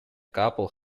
couple